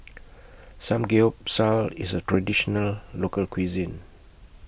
Samgyeopsal IS A Traditional Local Cuisine